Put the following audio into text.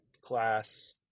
class